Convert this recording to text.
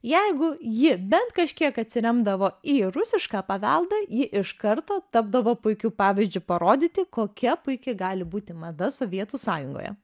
jeigu ji bent kažkiek atsiremdavo į rusišką paveldą ji iš karto tapdavo puikiu pavyzdžiu parodyti kokia puiki gali būti mada sovietų sąjungoje